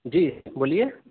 جی بولیے